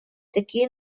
такие